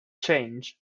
change